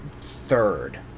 third